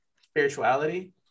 spirituality